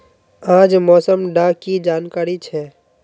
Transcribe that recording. आज मौसम डा की जानकारी छै?